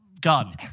gun